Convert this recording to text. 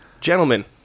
gentlemen